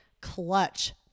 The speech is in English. clutch